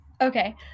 okay